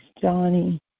Johnny